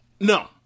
no